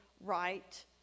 right